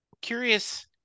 curious